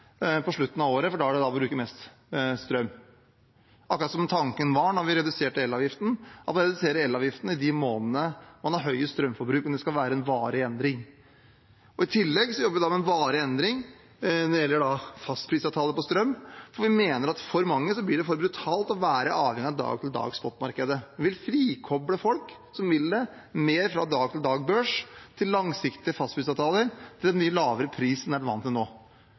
på slutten av året, for det er da vi bruker mest strøm. Det var akkurat som tanken var da vi reduserte elavgiften. Man reduserer elavgiften i de månedene strømforbruket er høyest, og det skal være en varig endring. I tillegg jobber vi med en varig endring når det gjelder fastprisavtaler på strøm, for vi mener at det for mange blir for brutalt å være avhengig av dag-til-dag-spotmarkedet. Vi frikobler folk som vil det, mer fra dag-til-dag-børs til langsiktige fastprisavtaler med en mye lavere pris enn man er vant til nå.